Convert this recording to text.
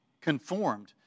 conformed